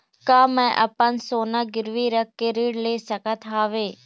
का मैं अपन सोना गिरवी रख के ऋण ले सकत हावे?